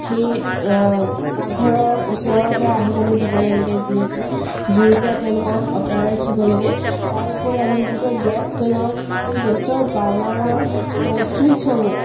সেই পাকঘৰৰ ওচৰলৈ আহিবলৈ দিব নালাগে যিহেতু জুইৰ পৰা তেওঁলোকক আঁতৰাই ৰাখিব লাগে তাৰ উপৰিও আমি যেতিয়া গেছ জ্বলাওঁ সেই গেছৰ বাৰ্ণাৰৰ ছুইচসমূহ